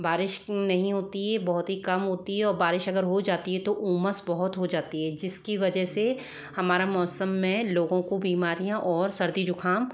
बारिश नहीं होती है बहुत ही कम होती है और बारिश अगर हो जाती है तो उमस बहुत हो जाती है जिसकी वजह से हमारा मौसम में लोगों को बीमारियाँ और सर्दी जुकाम